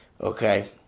okay